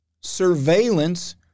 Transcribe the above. surveillance